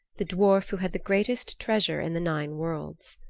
the dwarf who had the greatest treasure in the nine worlds.